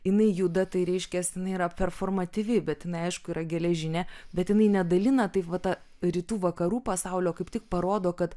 jinai juda tai reiškias jinai yra performatyvi bet jinai aišku yra geležinė bet jinai nedalina taip va ta rytų vakarų pasaulio kaip tik parodo kad